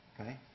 Okay